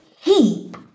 heap